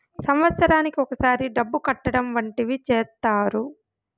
సంవత్సరానికి ఒకసారి డబ్బు కట్టడం వంటివి చేత్తారు